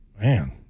Man